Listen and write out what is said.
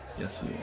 Yes